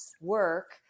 work